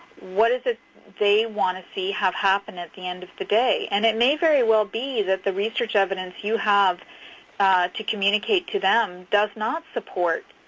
what is it they want to see have happen at the end of the day? and it may very well be that the research evidence you have to communicate to them does not support